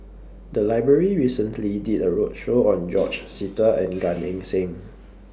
The Library recently did A roadshow on George Sita and Gan Eng Seng